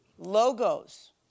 logos